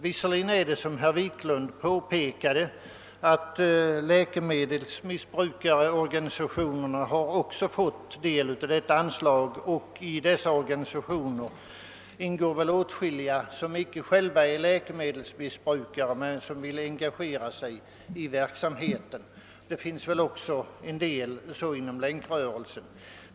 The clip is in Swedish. Visserligen har, såsom herr Wiklund i Stockholm påpekade, även läkemedelsmissbrukarorganisationerna fått del av detta anslag, och i dessa organisationer ingår väl åtskilliga personer som inte själva är läkemedelsmissbrukare men som vill engagera sig i verksamheten. Det finns väl också en del sådana personer inom Länkrörelsen.